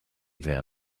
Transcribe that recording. were